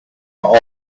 all